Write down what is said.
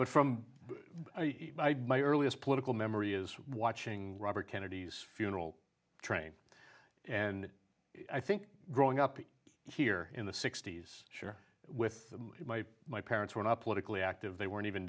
but from my earliest political memory is watching robert kennedy's funeral train and i think growing up here in the sixty's sure with my parents were not politically active they weren't even